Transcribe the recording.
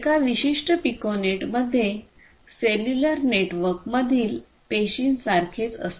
एका विशिष्ट पिकोनेटमध्ये सेल्युलर नेटवर्कमधील पेशींसारखेच असते